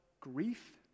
grief